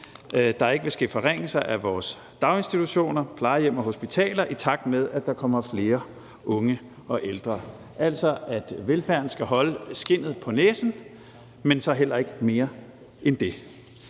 at der ikke vil ske forringelser af vores daginstitutioner, plejehjem og hospitaler, i takt med at der kommer flere unge og ældre – altså at velfærden skal holde skindet på næsen, men så heller ikke mere end det.